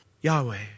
Yahweh